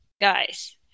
guys